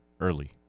early